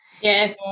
Yes